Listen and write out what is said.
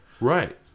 Right